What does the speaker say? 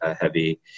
heavy